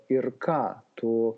ir ką tu